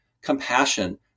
compassion